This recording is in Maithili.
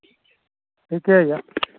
ठीके यए